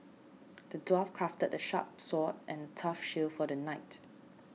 the dwarf crafted a sharp sword and a tough shield for the knight